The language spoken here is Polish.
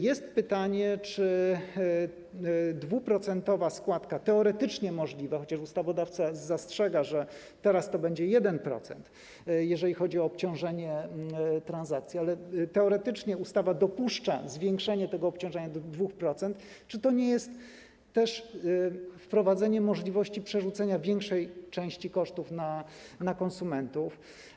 Jest pytanie, czy 2-procentowa składka - teoretycznie możliwa, chociaż ustawodawca zastrzega, że teraz to będzie 1%, jeżeli chodzi o obciążenie transakcji, ale teoretycznie ustawa dopuszcza zwiększenie tego obciążenia do 2% - nie jest też wprowadzeniem możliwości przerzucenia większej części kosztów na konsumentów.